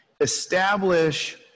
Establish